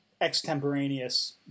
extemporaneous